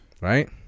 Right